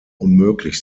unmöglich